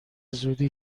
زودی